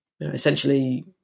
essentially